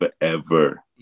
Forever